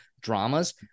dramas